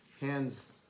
hands